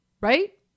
Right